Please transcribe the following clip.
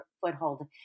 foothold